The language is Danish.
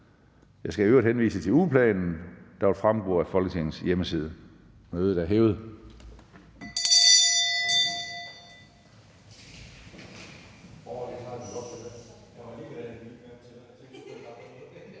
Jeg skal øvrigt henvise til ugeplanen, der også vil fremgå af Folketingets hjemmeside. Mødet er hævet.